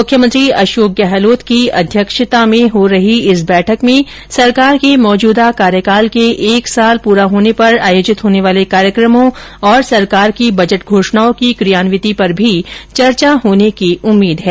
मुख्यमंत्री अशोक गहलोत की अध्यक्षता में हो रही इस बैठक में सरकार के मौजूदा कार्यकाल के एक साल पूरा होने पर आयोजित होने वाले कार्यक्रमों और सरकार की बजट घोषणाओं की क्रियान्विति पर भी चर्चा होने की उम्मीद है